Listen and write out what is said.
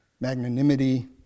magnanimity